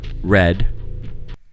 red